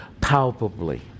palpably